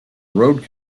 road